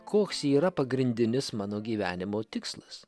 koks yra pagrindinis mano gyvenimo tikslas